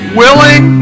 willing